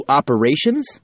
operations